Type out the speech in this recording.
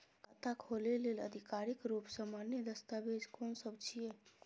खाता खोले लेल आधिकारिक रूप स मान्य दस्तावेज कोन सब छिए?